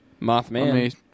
Mothman